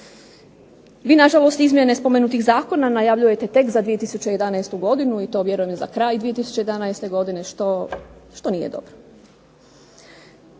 Vi na žalost izmjene spomenutih zakona najavljujete tek za 2011. godinu i to vjerujem za kraj 2011. godine što nije dobro.